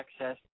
access